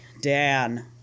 Dan